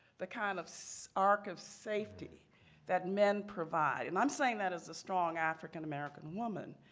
the kind of so ark of safety that men provide. and i'm saying that as a strong african american woman.